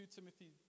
Timothy